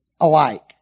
alike